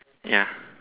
ya